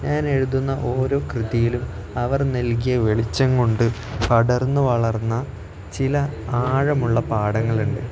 ഞാൻ എഴുതുന്ന ഓരോ കൃതിയിലും അവർ നൽകിയ വെളിച്ചം കൊണ്ട് പടർന്ന് വളർന്ന ചില ആഴമുള്ള പാഠങ്ങളുണ്ട്